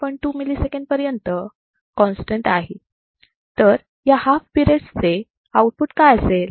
2 milliseconds पर्यंत constant आहे तर या हाफ पिरेडस चे आउटपुट काय असेल